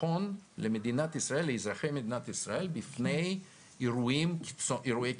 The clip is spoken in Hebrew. ביטחון לאזרחי מדינת ישראל בפני אירועי קיצון.